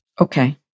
Okay